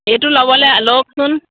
এইটো ল'বলৈ লওকচোন